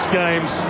games